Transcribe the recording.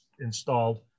installed